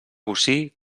bocí